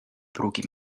pruugi